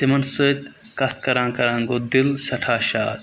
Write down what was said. تِمَن سۭتۍ کَتھ کَران کَران گوٚو دِل سٮ۪ٹھاہ شاد